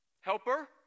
Helper